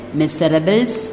miserables